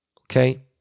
okay